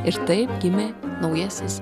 ir taip gimė naujasis